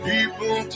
People